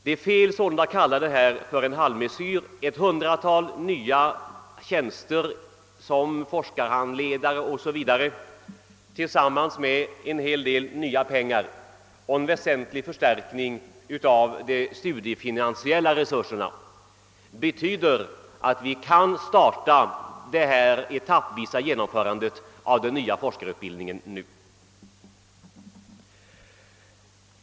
Det är alltså fel att tala om en halvmesyr när det tillkommer ett hundratal nya tjänster som forskarhandledare o.s.v. förutom en hel del nya pengar och en väsentlig förstärkning av de studiefinansiella resurserna, som betyder att vi nu kan starta det etappvisa genomförandet av den nya forskarutbildningen.